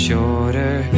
Shorter